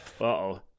Uh-oh